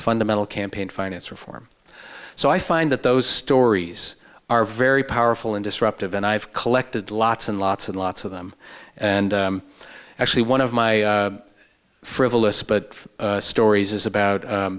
fundamental campaign finance reform so i find that those stories are very powerful and disruptive and i've collected lots and lots and lots of them and actually one of my frivolous but stories is about